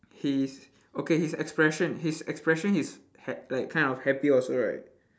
he's okay his expression his expression is ha~ like kind of happy also right